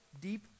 deep